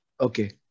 okay